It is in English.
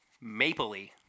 maple-y